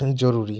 জরুরি